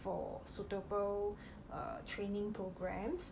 for suitable err training programmes